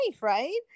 right